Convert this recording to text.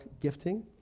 gifting